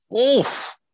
oof